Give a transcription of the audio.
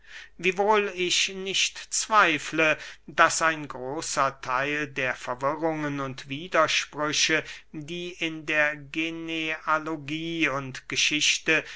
wiewohl ich nicht zweifle daß ein großer theil der verwirrung und widersprüche die in der genealogie und geschichte